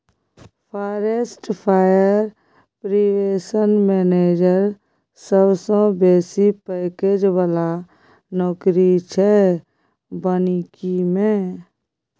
forest fire prevention manager सबसँ बेसी package बला नौकरी छै बानिकी मे